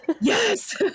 yes